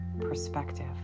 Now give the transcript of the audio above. perspective